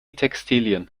textilien